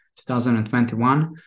2021